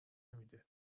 نمیده